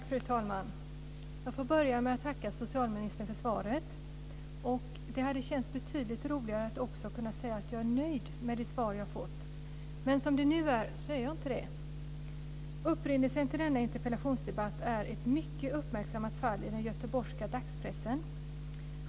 Fru talman! Jag får börja med att tacka socialministern för svaret. Det hade känts betydligt roligare att också kunna säga att jag är nöjd med det svar jag fått, men som det nu är så är jag inte det. Upprinnelsen till denna interpellationsdebatt är ett mycket uppmärksammat fall i den göteborgska dagspressen.